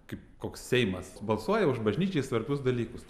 kaip koks seimas balsuoja už bažnyčiai svarbius dalykus